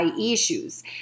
issues